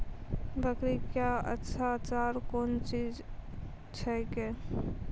बकरी क्या अच्छा चार कौन चीज छै के?